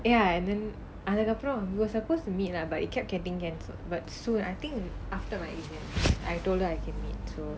ya and then அதுக்கு அப்புறம்:athukku appuram we were supposed to meet lah but it kept getting cancelled but soon I think after my email told her I can meet so